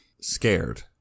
scared